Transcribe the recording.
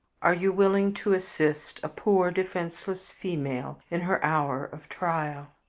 are you willing to assist a poor, defenseless female in her hour of trial?